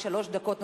לשלוש דקות נוספות,